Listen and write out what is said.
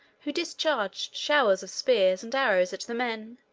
who discharged showers of spears and arrows at the men,